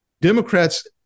Democrats